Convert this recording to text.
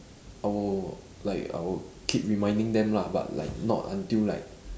oh like I will keep reminding them lah but like not until like